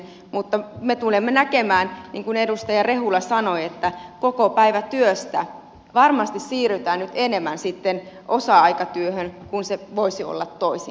mutta me tulemme näkemään niin kuin edustaja rehula sanoi että kokopäivätyöstä varmasti nyt sitten siirrytään enemmän osa aikatyöhön kun se voisi olla toisinpäin